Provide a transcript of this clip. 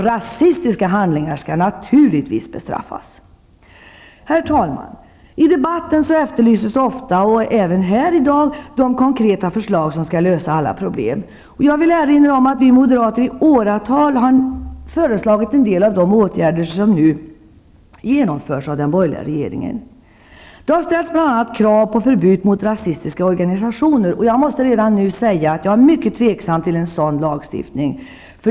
Rasistiska handlingar skall naturligtvis bestraffas! Herr talman! I debatten efterlyses ofta -- även här i dag -- de konkreta förslag som skall lösa alla problem. Jag vill erinra om att vi moderater i åratal har föreslagit en del av de åtgärder som nu genomförs av den borgerliga regeringen. Det har bl.a. ställts krav på förbud mot rasistiska organisationer, och jag vill redan nu säga att jag är mycket tveksam till en sådan lagstiftning.